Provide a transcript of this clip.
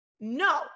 no